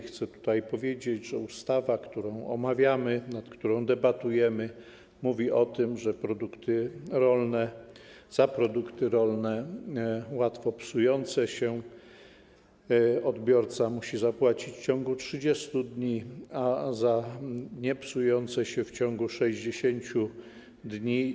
Chcę tutaj powiedzieć, że ustawa, którą omawiamy, nad którą debatujemy, mówi o tym, że za produkty rolne łatwo psujące się odbiorca musi zapłacić w ciągu 30 dni, a za niepsujące się - w ciągu 60 dni.